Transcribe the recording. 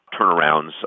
turnarounds